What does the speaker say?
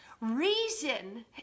Reason